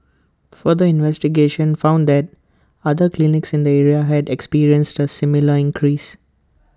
further investigations found that other clinics in the area had experienced A similar increase